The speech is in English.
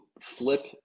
flip